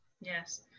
yes